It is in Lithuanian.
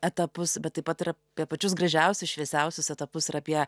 etapus bet taip pat ir apie pačius gražiausius šviesiausius etapus ir apie